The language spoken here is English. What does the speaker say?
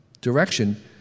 direction